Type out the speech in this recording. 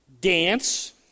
dance